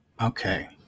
Okay